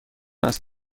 است